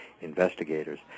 investigators